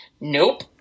Nope